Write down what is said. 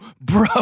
bro